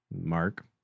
Mark